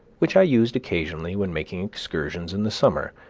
which i used occasionally when making excursions in the summer,